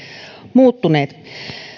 muuttuneet